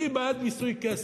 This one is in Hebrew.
אני בעד מיסוי כסף,